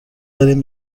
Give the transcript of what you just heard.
داریم